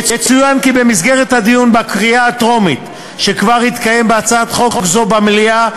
יצוין כי במסגרת הדיון בקריאה הטרומית שכבר התקיים בהצעת חוק זו במליאה,